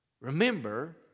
remember